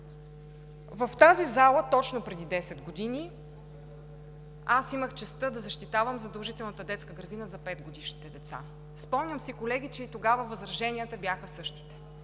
В тази зала, точно преди десет години, аз имах честта да защитавам задължителната детска градина за петгодишните деца. Спомням си, колеги, че и тогава възраженията бяха същите